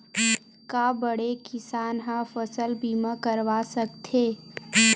का बड़े किसान ह फसल बीमा करवा सकथे?